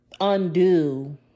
undo